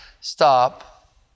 stop